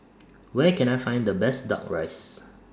Where Can I Find The Best Duck Rice